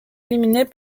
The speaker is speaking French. éliminée